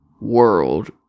world